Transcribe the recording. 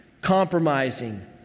compromising